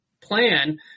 plan